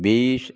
बीस